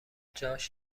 جاش